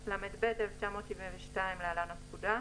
התשל"ב-1972 (להלן, הפקודה)